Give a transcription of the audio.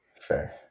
Fair